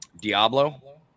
Diablo